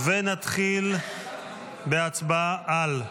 נתחיל בהצבעה על --- 3ג.